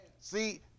See